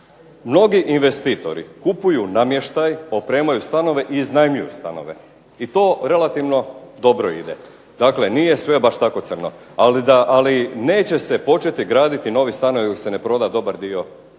Mnogi investitori kupuju namještaj, opremaju stanove i iznajmljuju stanove i to relativno dobro ide. Dakle, nije sve baš tako crno ali neće se početi graditi novi stanovi dok se ne proda dobar dio